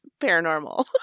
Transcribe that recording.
paranormal